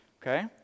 Okay